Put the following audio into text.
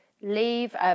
leave